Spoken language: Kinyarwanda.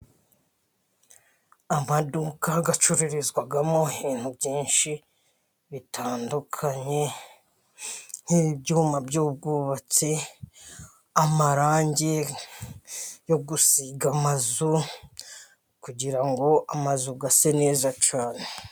Amaduka acururizwamo ibintu byinshi bitandukanye nk'ibyuma by'ubwubatsi, amarangi yo gusiga amazu kugira ngo amazu ase neza cyane.